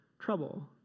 trouble